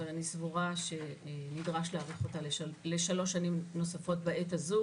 אבל אני סבורה שנדרש להאריך אותה ב-3 שנים נוספות בעת הזו